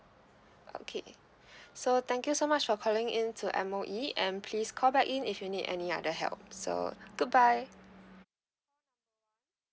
okay so thank you so much for calling in to M_O_E and please call back in if you need any other help so good bye